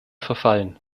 verfallen